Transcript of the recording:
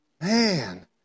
man